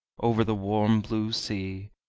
over the warm blue sea,